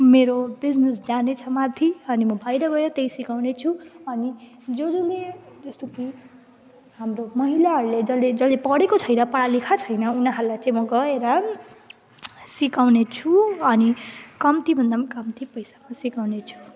मेरो बिजनेस जाँदैछ माथि अनि म फाइदा भयो त्यहीँ सिकाउने छु अनि जस जसले जस्तो कि हाम्रो महिलाहरूले जसले जसले पढेको छैन पढालेखा छैन उनीहरूलाई चाहिँ म गएर पनि सिकाउने छु अनि कम्ती भन्द पनि कम्ती पैसामा सिकाउने छु